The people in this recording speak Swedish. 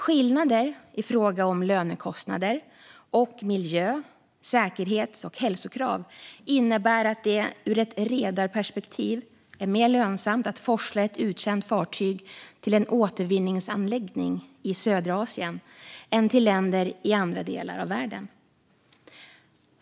Skillnader i fråga om lönekostnader och miljö, säkerhets och hälsokrav innebär att det ur ett redarperspektiv är mer lönsamt att forsla ett uttjänt fartyg till en återvinningsanläggning i södra Asien än till länder i andra delar av världen.